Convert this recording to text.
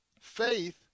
faith